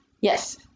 Yes